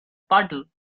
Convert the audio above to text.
puddle